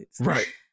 right